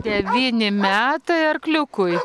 devyni metai arkliukui